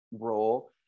role